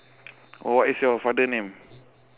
or what is your father name